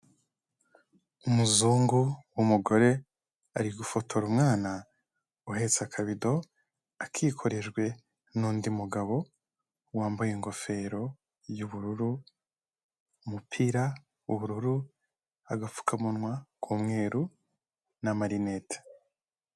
Umuzungu w'umugore ari gufotora umwana uhetse akabido, akikorejwe n'undi mugabo wambaye ingofero y'ubururu, umupira w'ubururu, agapfukamunwa k'umweru na amarinete.